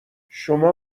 شما